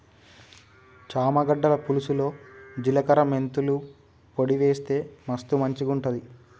చామ గడ్డల పులుసులో జిలకర మెంతుల పొడి వేస్తె మస్తు మంచిగుంటది